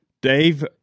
Dave